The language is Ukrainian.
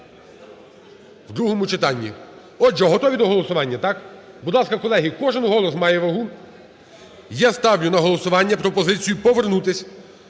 в другому читанні. Отже, готові до голосування, так? Будь ласка, колеги, кожен голос має вагу. Я ставлю на голосування пропозицію повернутися